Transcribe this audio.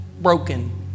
broken